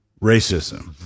racism